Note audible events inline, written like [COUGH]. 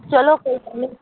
ਚਲੋ [UNINTELLIGIBLE]